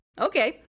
Okay